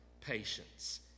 patience